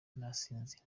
nasinze